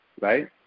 right